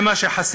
זה מה שחסר,